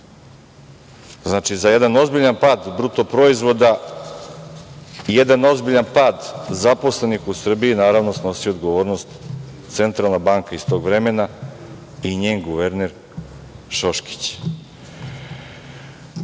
za jedan ozbiljan pad BDP-a i jedan ozbiljan pad zaposlenih u Srbiji, naravno, snosi odgovornost Centralna banka iz tog vremena i njen guverner, Šoškić. Moram